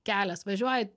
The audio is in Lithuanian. kelias važiuoji